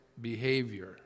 behavior